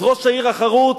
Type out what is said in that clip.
אז ראש העיר החרוץ,